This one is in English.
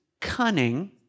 cunning